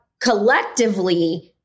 collectively